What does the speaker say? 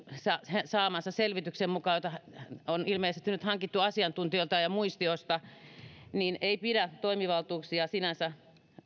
saamansa selvityksen mukaan jota on ilmeisesti nyt hankittu asiantuntijoilta ja muistiosta se ei pidä toimivaltuuksia sinänsä